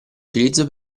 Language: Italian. utilizzo